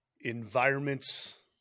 Environments